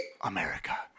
America